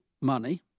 money